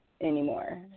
anymore